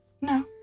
No